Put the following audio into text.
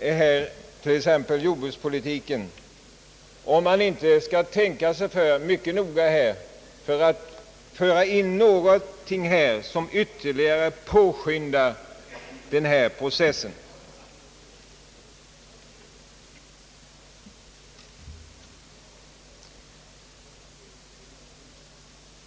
t.ex. jordbrukspolitiken, tänka oss mycket noga för innan vi vidtar åtgärder som ytterligare påskyndar den här processen?